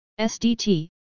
SDT